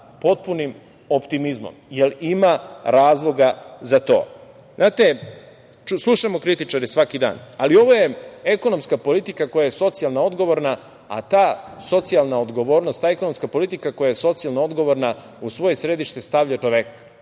potpunim optimizmom, jer ima razloga za to. Slušamo kritičare svaki dan, ali ovo je ekonomska politika koja je socijalno odgovorna, a ta socijalna odgovornost, ta ekonomska politika koja je socijalno odgovorna u svoje središte stavlja čoveka,